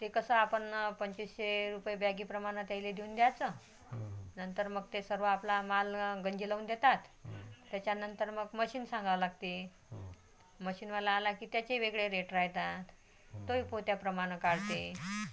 ते कसं आपण पंचवीसशे रुपये बॅगीप्रमाणं त्यांना देऊन द्यायचं नंतर मग ते सर्व आपला माल गंजी लावून देतात त्याच्यानंतर मग मशीन सांगावं लागते मशीनवाला आला की त्याचे वेगळे रेट राहातात तोही पोत्याप्रमाणं काढते